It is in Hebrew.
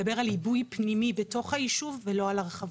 מדבר על עיבוי פנימי בתוך היישוב ולא על הרחבות.